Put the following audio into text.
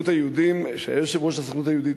שהיה יושב-ראש הסוכנות היהודית,